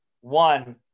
one